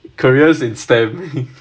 careers in S_T_E_M